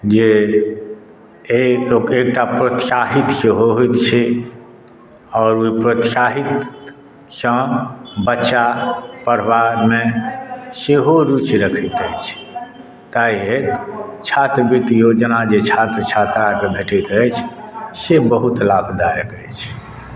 जे एक एकटा प्रोत्साहित सेहो होयत छै आओर ओहि प्रोत्साहितसँ बच्चा पढ़बाम सेहो रूचि रखैत अछि ताहि हेतु छात्रवृत्ति योजना जे छात्र छात्राके भेटैत अछि से बहुत लाभदायक अछि